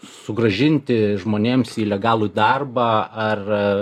sugrąžinti žmonėms į legalų darbą ar